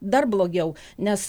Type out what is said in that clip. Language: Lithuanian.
dar blogiau nes